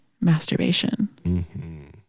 masturbation